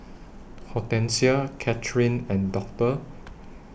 Hortencia Catherine and Doctor